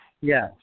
Yes